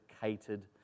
catered